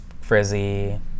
frizzy